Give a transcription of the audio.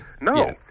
No